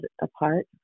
apart